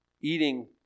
eating